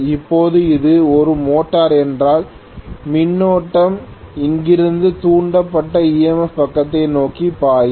இப்போது அது ஒரு மோட்டார் என்றால் மின்னோட்டம் இங்கிருந்து தூண்டப்பட்ட EMF பக்கத்தை நோக்கி பாயும்